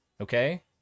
Okay